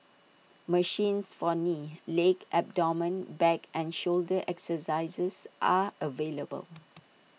machines for knee leg abdomen back and shoulder exercises are available